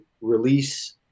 release